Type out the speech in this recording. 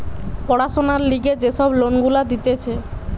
পড়াশোনার লিগে যে সব লোন গুলা দিতেছে